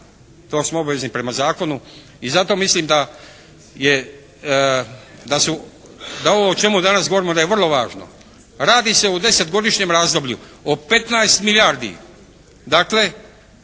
To smo obavezni prema zakonu. I zato mislim da ovo o čemu danas govorimo da je vrlo važno. Radi se o deset godišnjem razdoblju, o 15 milijardi koje